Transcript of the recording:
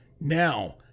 Now